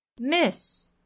Miss